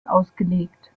ausgelegt